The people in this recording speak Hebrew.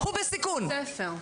הוא בסיכון.